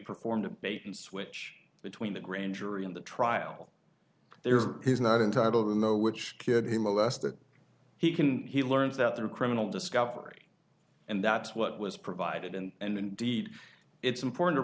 performed a bait and switch between the granger in the trial there is not entitle the know which kid he molested he can he learns that their criminal discovery and that's what was provided and indeed it's important to